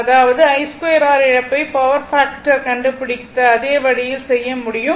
அதாவது I2 R இழப்பை power factor கண்டுபிடித்த அதே வழியில் செய்ய முடியும்